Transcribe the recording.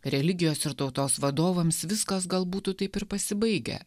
religijos ir tautos vadovams viskas gal būtų taip ir pasibaigę